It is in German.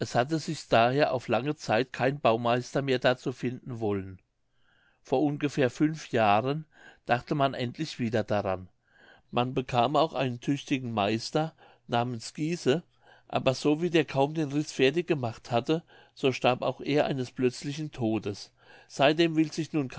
hatte sich daher auf lange zeit kein baumeister mehr dazu finden wollen vor ungefähr fünf jahren dachte man endlich wieder daran man bekam auch einen tüchtigen meister namens giese aber so wie der kaum den riß fertig gemacht hatte so starb auch er eines plötzlichen todes seitdem will sich nun